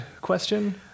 question